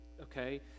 okay